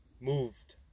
Moved